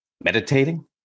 meditating